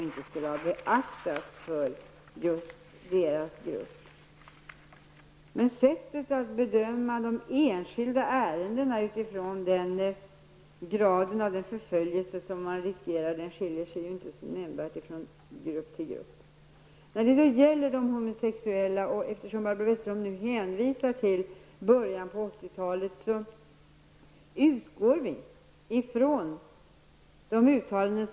Men bedömningen av de enskilda ärendena med hänsyn till graden av den förföljelse som riskeras skiljer sig inte nämnvärt från grupp till grupp. När det gäller de homosexuella hänvisar Barbro Westerholm till förhållandena i början av 1980 talet.